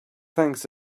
thanks